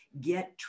get